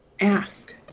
Ask